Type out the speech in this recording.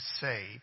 say